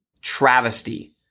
travesty